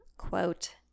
quote